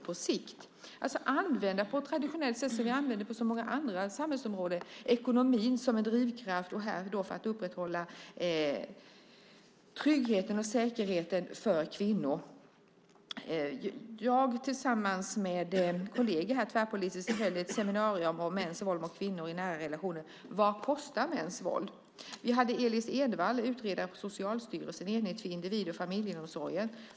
På samma sätt som på många andra samhällsområden borde vi använda ekonomin som en drivkraft för att upprätthålla tryggheten och säkerheten för kvinnor. Jag anordnade tillsammans med kolleger ett tvärpolitiskt seminarium - Vad kostar mäns våld? - om just mäns våld mot kvinnor i nära relationer. En av deltagarna var Elis Envall, utredare vid Socialstyrelsens enhet för individ och familjeomsorgen.